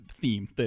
theme